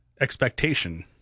expectation